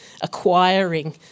acquiring